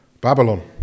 Babylon